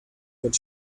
what